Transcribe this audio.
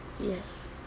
Yes